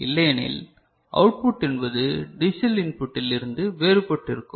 இல்லையெனில் அவுட்புட் என்பது டிஜிட்டல் இன்புட் டில் இருந்து வேறுபட்டிருக்கும்